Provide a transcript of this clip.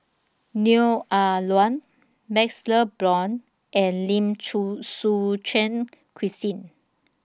Neo Ah Luan MaxLe Blond and Lim Chew Suchen Christine